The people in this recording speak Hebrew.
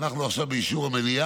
אנחנו עכשיו באישור המליאה.